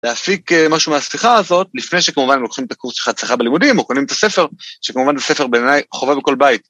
להפיק משהו מהשיחה הזאת לפני שכמובן לוקחים את הקורס של חד שיחה בלימודים או קונים את הספר, שכמובן הספר בלעיני חובה בכל בית.